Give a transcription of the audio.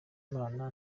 imana